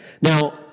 Now